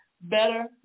better